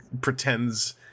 pretends